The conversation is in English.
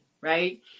right